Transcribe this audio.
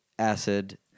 Acid